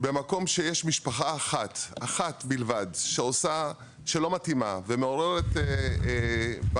במקום שיש משפחה אחת בלבד שלא מתאימה ומעוררת בעיות